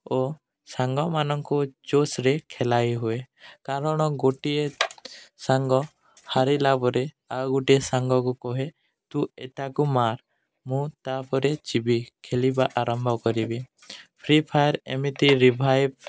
ଓ ସାଙ୍ଗମାନଙ୍କୁ ଯୋଶରେ ଖେଲାଇ ହୁଏ କାରଣ ଗୋଟିଏ ସାଙ୍ଗ ହାରିଲା ପରେ ଆଉ ଗୋଟିଏ ସାଙ୍ଗକୁ କୁହେ ତୁ ଏତାକୁ ମାର୍ ମୁଁ ତାପରେ ଯିବି ଖେଲିବା ଆରମ୍ଭ କରିବି ଫ୍ରି ଫାୟାର ଏମିତି ରିଭାଇବ୍